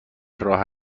راه